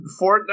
Fortnite